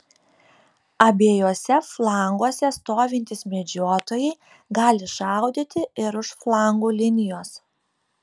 abiejuose flanguose stovintys medžiotojai gali šaudyti ir už flangų linijos